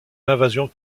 l’invasion